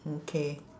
okay